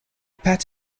pet